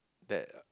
that